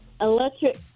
electric